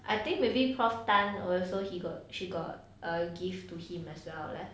I think maybe prof tan also he got she got a gift to him as well leh